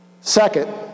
Second